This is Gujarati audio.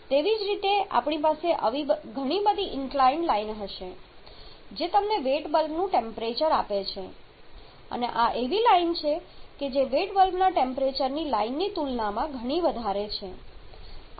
તેવી જ રીતે આપણી પાસે આવી ઘણી બધી ઇન્ક્લાઇડ લાઈન હશે જે તમને વેટ બલ્બનું ટેમ્પરેચર આપે છે અને આ એવી લાઈન છે જે વેટ બલ્બના ટેમ્પરેચરની લાઈનની તુલનામાં ઘણી વધારે છે